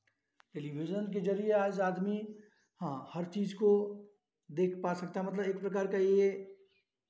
television के ज़रिये आज आदमी हाँ हर चीज़ को देख पा सकते हैं मतलब एक प्रकार का ये